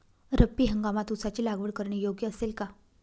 रब्बी हंगामात ऊसाची लागवड करणे योग्य असेल का?